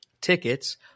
tickets